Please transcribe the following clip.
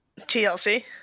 TLC